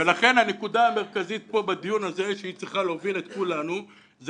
הנקודה המרכזית שצריכה להוביל את כולנו בדיון